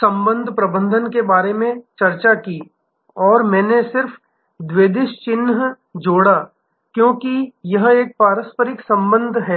संबंध प्रबंधन के बारे में चर्चा की और मैंने सिर्फ द्विदिशीय चिन्ह जोड़ा क्योंकि यह एक पारस्परिक संबंध है